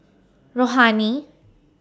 Rohani